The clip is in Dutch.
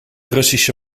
russische